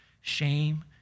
shame